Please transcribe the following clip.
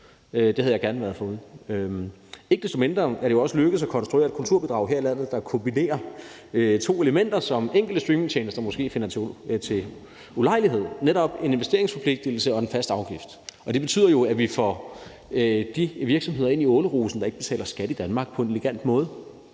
Det havde jeg gerne været foruden. Ikke desto mindre er det jo også lykkedes at konstruere et kulturbidrag her i landet, der kombinerer to elementer, som enkelte streamingtjenester måske finder er til ulejlighed, netop en investeringsforpligtigelse og en fast afgift. Det betyder jo, at vi får de virksomheder, der ikke betaler skat i Danmark, ind i ålerusen på en